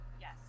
yes